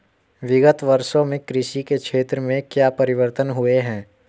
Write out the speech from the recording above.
विगत वर्षों में कृषि के क्षेत्र में क्या परिवर्तन हुए हैं?